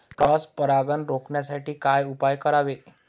Cross परागकण रोखण्यासाठी काय उपाय करावे?